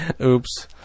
Oops